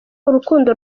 urukundo